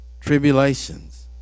Tribulations